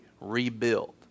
rebuilt